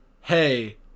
hey